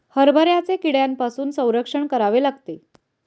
हरभऱ्याचे कीड्यांपासून संरक्षण करावे लागते